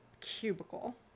cubicle